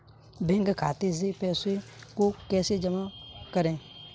Bank खाते से पैसे को कैसे जमा करें?